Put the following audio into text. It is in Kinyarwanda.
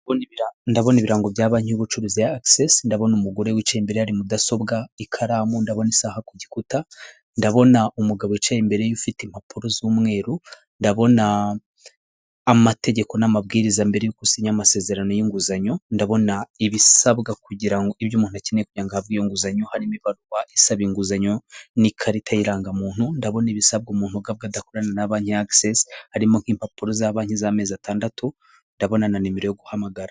Ndabona ibirango bya banki yubucuruzi y' agisesi ndabona umugore wicaye imbere hari mudasobwa ikaramu ndabona isaha kugikuta ndabona umugabo wicaye imbere yfite impapuro z'umweru, ndabona amategeko n'amabwiriza mbere yuko usinya amasezerano y'inguzanyo, ndabona ibisabwa kugirango ibyo umuntu akeneye ku kugiraga ahabwa inguzanyo harimo ibaruwa isaba inguzanyo n'ikarita y'rangamuntu, ndabona ibisabwa umuntu ugabwa adakorana na banki y'agisesi harimo nk'impapuro za banki z'amezi atandatu ndabon nimero yo guhamagara.